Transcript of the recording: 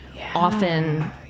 often